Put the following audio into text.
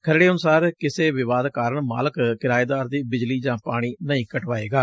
ਖਰੜੇ ਅਨੁਸਾਰ ਕਿਸੇ ਵਿਵਾਦ ਕਾਰਨ ਮਾਲਕ ਕਿਰਾਏਦਾਰ ਦੀ ਬਿਜਲੀ ਜਾਂ ਪਾਣੀ ਨਹੀਂ ਕਟਵਾਏਗਾ